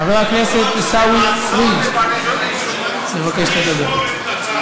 חבר הכנסת עיסאווי פריג' מבקש לדבר.